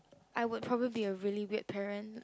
I would probably be a really weird parent